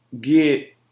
get